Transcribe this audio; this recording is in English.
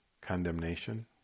condemnation